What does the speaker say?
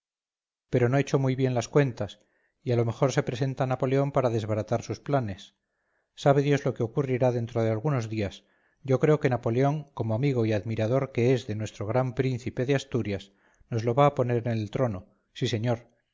pero no echó muy bien las cuentas y a lo mejor se presenta napoleón para desbaratar sus planes sabe dios lo que ocurrirá dentro de algunos días yo creo que napoleón como amigo y admirador que es de nuestro gran príncipe de asturias nos lo va a poner en el trono sí señor